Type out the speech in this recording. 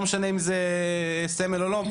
לא משנה אם זה סמל או לא.